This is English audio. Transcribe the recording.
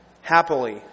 Happily